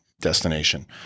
destination